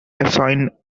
assign